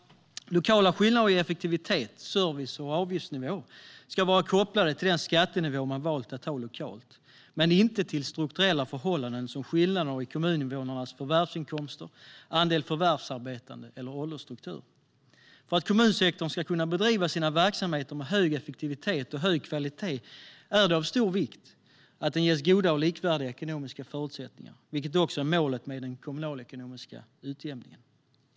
Lokala skillnader i effektivitet, service och avgiftsnivå ska vara kopplade till den skattenivå man valt att ha lokalt men inte till strukturella förhållanden som skillnader i kommuninvånarnas förvärvsinkomster, andel förvärvsarbetande eller åldersstruktur. För att kommunsektorn ska kunna bedriva sina verksamheter med hög effektivitet och hög kvalitet är det av stor vikt att den ges goda och likvärdiga ekonomiska förutsättningar, vilket också är målet med den kommunalekonomiska utjämningen.